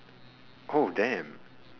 oh damn